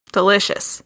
delicious